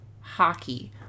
hockey